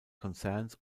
konzerns